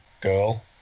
girl